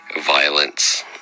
violence